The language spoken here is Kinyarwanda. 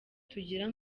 tugira